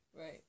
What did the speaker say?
Right